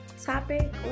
topic